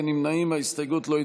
לו.